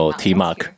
T-Mark